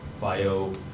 bio